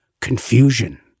Confusion